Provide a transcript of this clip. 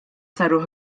saru